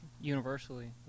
universally